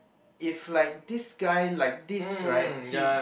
if like this guy like this right he